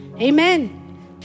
Amen